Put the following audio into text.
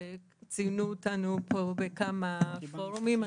וציינו אותנו פה בכמה פורומים.